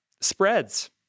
spreads